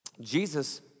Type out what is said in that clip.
Jesus